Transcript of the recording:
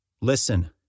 Listen